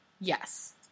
yes